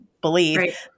believe